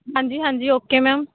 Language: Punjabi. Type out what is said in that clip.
ਹਾਂਜੀ ਹਾਂਜੀ ਓਕੇ ਮੈਮ